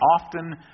often